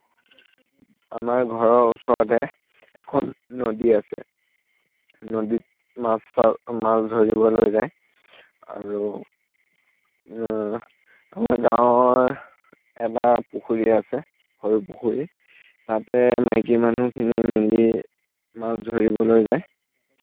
আমাৰ ঘৰৰ ওচৰতে এখন নদী আছে নদীত মাছৰ মাছ ধৰিবলৈ যায় আৰু আমাৰ গাঁৱৰ এটা পুখুৰী আছে সৰু পুখুৰী তাতে মাইকী মানুহখিনি মিলি মাছ ধৰিবলৈ যায়